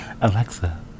Alexa